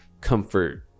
comfort